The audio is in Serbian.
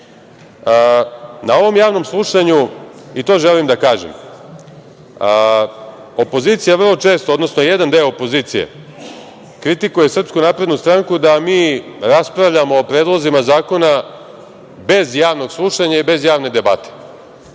EU.Na ovom javnom slušanju, i to želim da kažem, opozicija vrlo često, odnosno jedan deo opozicije kritikuje SNS da mi raspravljamo o predlozima zakona bez javnog slušanja i bez javne debate.